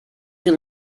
can